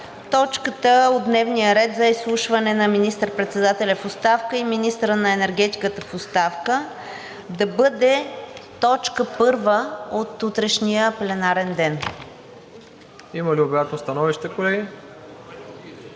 точката от дневния ред за изслушване на министър-председателя в оставка и министъра на енергетиката в оставка да бъде точка първа от утрешния пленарен ден. ПРЕДСЕДАТЕЛ МИРОСЛАВ ИВАНОВ: